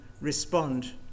respond